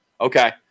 Okay